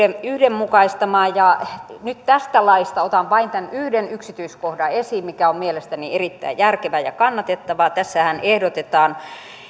yhdenmukaistamaan nyt tästä laista otan vain tämän yhden yksityiskohdan esiin mikä on mielestäni erittäin järkevä ja kannatettava tässähän ehdotetaan